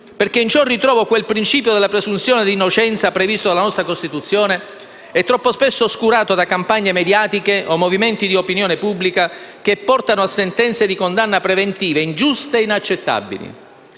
perché in ciò ritrovo quel principio della presunzione di innocenza previsto dalla nostra Costituzione e troppo spesso oscurato da campagne mediatiche o movimenti di opinione pubblica che portano a sentenze di condanna preventive, ingiuste e inaccettabili.